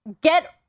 get